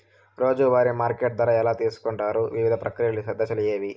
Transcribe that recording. రోజూ వారి మార్కెట్ ధర ఎలా తెలుసుకొంటారు వివిధ ప్రక్రియలు దశలు ఏవి?